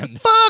Fuck